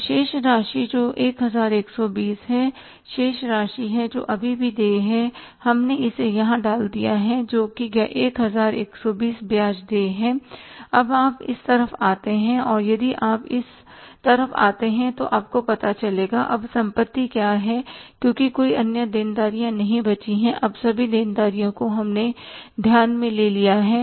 तो शेष राशि जो कि 1120 है शेष राशि है जो अभी भी देय है हमने इसे यहां डाल दिया है जो कि 1120 ब्याज देय है अब आप इस तरफ आते हैं और यदि आप इस तरफ आते हैं तो आपको पता चलेगा अब संपत्ति क्या है क्योंकि कोई अन्य देनदारियां नहीं बची हैं अब सभी देनदारियों को हमने ध्यान में ले लिया है